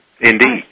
Indeed